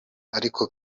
ariko